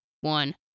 one